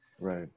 Right